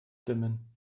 dimmen